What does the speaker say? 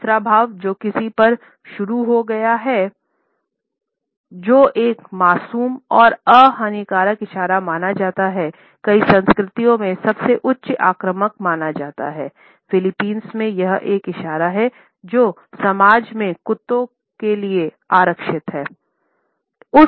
तीसरा भाव जो किसी पर शुरू हो गया है जो एक मासूम और अहानिकर इशारा माना जाता हैकई संस्कृतियों में सबसे उच्च आक्रामक माना जाता है फिलीपींस में यह एक इशारा है जो समाज में कुत्तों के लिए आरक्षित है